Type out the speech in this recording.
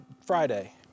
Friday